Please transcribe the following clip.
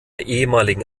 ehemaligen